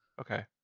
Okay